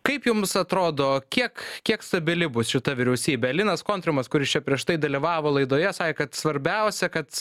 kaip jums atrodo kiek kiek stabili bus šita vyriausybė linas kontrimas kuris čia prieš tai dalyvavo laidoje sakė kad svarbiausia kad